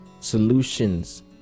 solutions